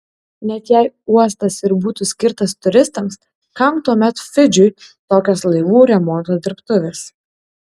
net jei uostas ir būtų skirtas turistams kam tuomet fidžiui tokios laivų remonto dirbtuvės